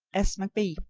s. mcbride.